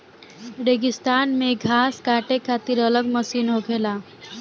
रेगिस्तान मे घास काटे खातिर अलग मशीन होखेला